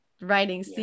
writing